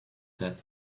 that